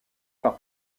par